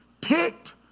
picked